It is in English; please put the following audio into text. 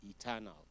eternal